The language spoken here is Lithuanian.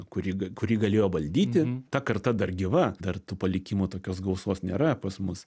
kurį kurį galėjo valdyti ta karta dar gyva dar tų palikimų tokios gausos nėra pas mus